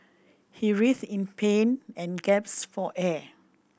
he writhed in pain and gasped for air